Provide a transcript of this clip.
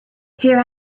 here